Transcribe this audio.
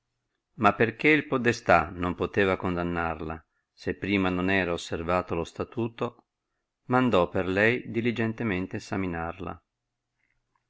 ma perchè il podestà non poteva condannarla se prima non era osservato lo statuto mandò per lei diligentemente essaminarla